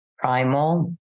primal